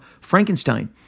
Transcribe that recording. Frankenstein